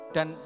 Dan